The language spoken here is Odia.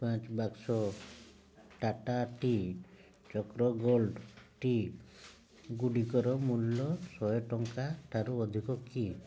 ପାଞ୍ଚ୍ ବାକ୍ସ ଟାଟା ଟି ଚକ୍ର ଗୋଲ୍ଡ ଟିଗୁଡ଼ିକର ମୂଲ୍ୟ ଶହେ ଟଙ୍କାଠାରୁ ଅଧିକ କି